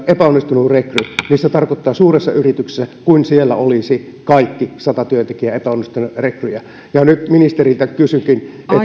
epäonnistunut rekry se tarkoittaa suuressa yrityksessä kuin siellä olisivat kaikki sata työntekijää epäonnistuneita rekryjä nyt ministeriltä kysynkin